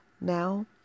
Now